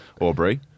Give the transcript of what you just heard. Aubrey